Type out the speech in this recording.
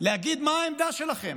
ולהגיד מה העמדה שלכם,